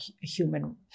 human